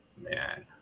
man